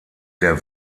der